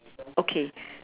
okay